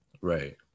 Right